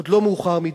עוד לא מאוחר מדי,